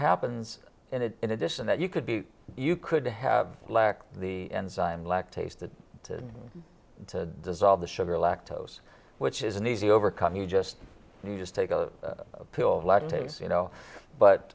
happens in it in addition that you could be you could have lacked the enzyme lactase that to dissolve the sugar lactose which is an easy overcome you just you just take a pill lattes you know